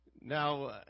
Now